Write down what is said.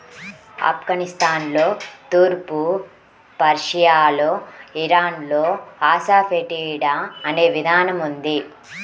ఆఫ్ఘనిస్తాన్లో, తూర్పు పర్షియాలో, ఇరాన్లో అసఫెటిడా అనే విధానం ఉంది